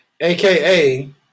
AKA